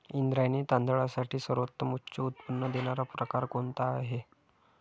इंद्रायणी तांदळातील सर्वोत्तम उच्च उत्पन्न देणारा प्रकार कोणता आहे?